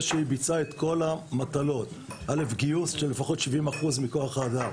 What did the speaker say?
שהיא ביצעה את כל המטלות: גיוס של לפחות 70% מכוח האדם